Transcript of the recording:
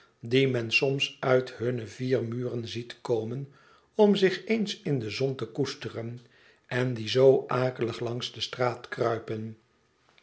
die men soms uit hunne vier muren ziet komen om zich eens in de zon te koesteren en die zoo akelig langs de straat kruipen